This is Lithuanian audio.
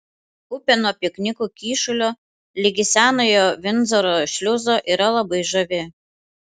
upė nuo piknikų kyšulio ligi senojo vindzoro šliuzo yra labai žavi